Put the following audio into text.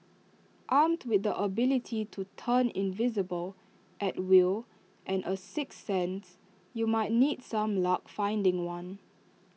armed with the ability to turn invisible at will and A sixth sense you might need some luck finding one